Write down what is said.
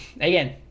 again